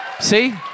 See